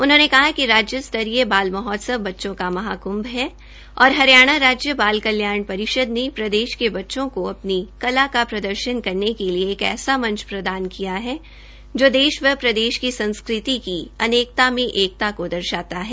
उन्होंने कहा कि राज्य स्तरीय बाल महोत्सव बच्चों का महाकृंभ है और हरियाणा राज्य बाल कल्याण परिषद ने प्रदेश के बच्चों को अपनी कला का प्रदर्शन करने के लिए एक ऐसा मंच प्रदान किया है जो देश व प्रदेश की संस्कृति की अनेकता में एकता प्रदर्शित करता है